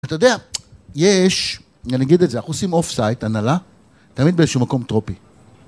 אתה יודע, יש, נגיד את זה, אנחנו עושים אוף סייט, הנהלה, תמיד באיזשהו מקום טרופי.